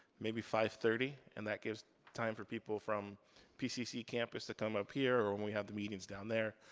maybe five thirty? and that gives time for people from pcc campus to come up here, or when we have the meetings down there,